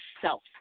self